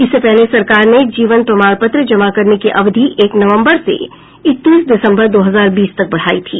इससे पहले सरकार ने जीवन प्रमाणपत्र जमा करने की अवधि एक नवम्बर से इकतीस दिसंबर दो हजार बीस तक बढ़ाई थी